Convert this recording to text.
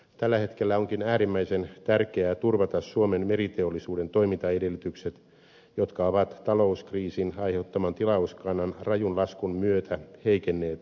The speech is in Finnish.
tällä hetkellä onkin äärimmäisen tärkeää turvata suomen meriteollisuuden toimintaedellytykset jotka ovat talouskriisin aiheuttaman tilauskannan rajun laskun myötä heikenneet olennaisesti